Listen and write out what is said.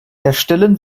erstellen